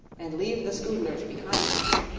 and leave the scoodlers behind us.